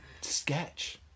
sketch